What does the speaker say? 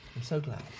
i'm so glad.